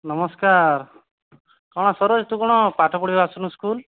ନମସ୍କାର ହଁ ସରୋଜ ତୁ କ'ଣ ପାଠ ପଢ଼ି ଆସୁନୁ ସ୍କୁଲ